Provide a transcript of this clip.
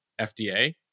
FDA